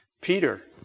Peter